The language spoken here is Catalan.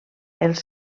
els